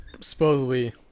supposedly